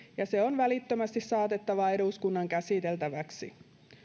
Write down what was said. ja se on välittömästi saatettava eduskunnan käsiteltäväksi